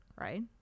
right